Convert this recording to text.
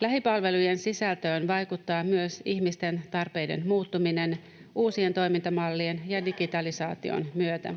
Lähipalvelujen sisältöön vaikuttaa myös ihmisten tarpeiden muuttuminen uusien toimintamallien ja digitalisaation myötä.